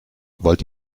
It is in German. wollt